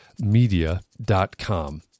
media.com